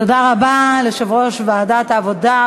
תודה רבה ליושב-ראש ועדת העבודה,